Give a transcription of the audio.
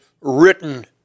written